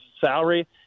salary